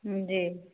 जी